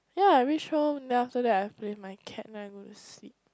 ya I reach home then after that I play with my cat then I go to sleep